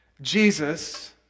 Jesus